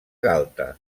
galta